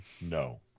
no